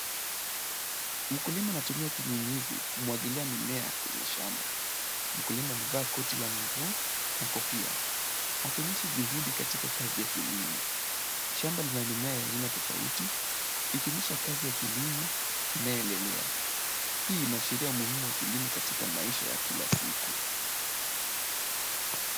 Mkulima anatumia kinyunyizi kumwagilia mimea kwenye shamba. Mkulima amevaa koti la mvua na kofia akionyesha juhudi katika kazi ya kilimo. Shamba lina mimea ya aina tofauti, ikionyesha kazi ya kilimo inayoendelea. Hii inaashiria umuhimu wa kulima katika maisha ya kila siku.